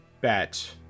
bet